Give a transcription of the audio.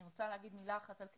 אני רוצה להגיד מילה אחת על "כנפיים"